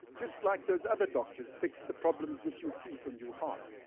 just like those other doctors fixed the problems with your teeth and your heart.